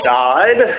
died